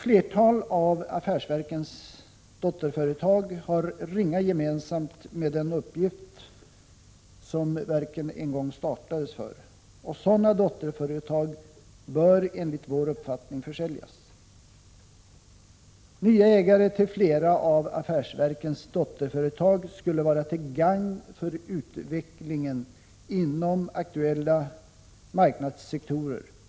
Flera av affärsverkens dotterföretag har föga gemensamt med den uppgift som verken en gång startades för, och sådana dotterföretag bör enligt vår uppfattning försäljas. Nya ägare till flera av affärsverkens dotterföretag skulle vara till gagn för utvecklingen inom aktuella marknadssektorer och Prot.